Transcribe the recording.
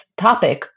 topic